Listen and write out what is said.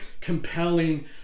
compelling